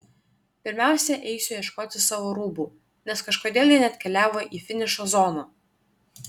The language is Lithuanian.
pirmiausia eisiu ieškoti savo rūbų nes kažkodėl jie neatkeliavo į finišo zoną